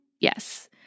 Yes